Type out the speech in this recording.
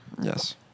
Yes